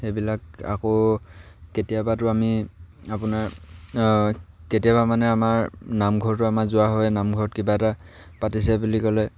সেইবিলাক আকৌ কেতিয়াবাটো আমি আপোনাৰ কেতিয়াবা মানে আমাৰ নামঘৰতো আমাৰ যোৱা হয়েই নামঘৰত কিবা এটা পাতিছে বুলি ক'লে